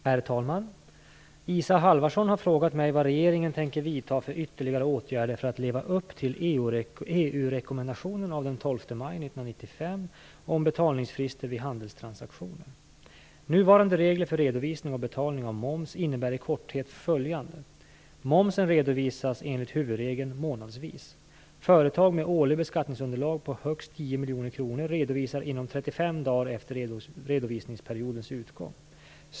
Herr talman! Isa Halvarsson har frågat mig vad regeringen tänker vidta för ytterligare åtgärder för att leva upp till EU-rekommendationen av den 12 maj dagar efter redovisningsperiodens utgång.